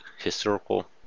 historical